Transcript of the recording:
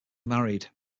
married